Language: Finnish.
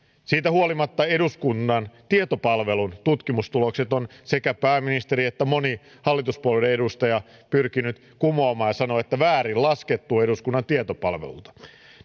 siitä huolimatta eduskunnan tietopalvelun tutkimustulokset on sekä pääministeri että moni hallituspuolueiden edustaja pyrkinyt kumoamaan ja he sanovat että väärin laskettu eduskunnan tietopalvelulta